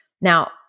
Now